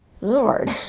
Lord